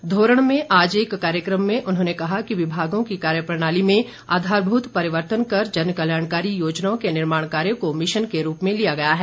धोरण में आज एक कार्यक्रम में उन्होंने कहा कि विभागों की कार्यप्रणाली में आधारभूत परिवर्तन कर जनकल्याणकारी योजनाओं के निर्माण कार्य को मिशन के रूप में लिया गया है